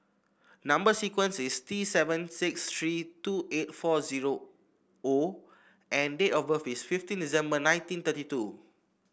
number sequence is T seven six three two eight four zero O and date of birth is fifteen December nineteen thirty two